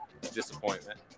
disappointment